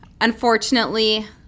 Unfortunately